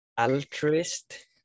Altruist